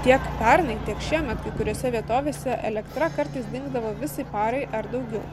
tiek pernai tiek šiemet kai kuriose vietovėse elektra kartais dingdavo visai parai ar daugiau